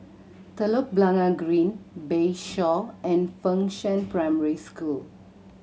Telok Blangah Green Bayshore and Fengshan Primary School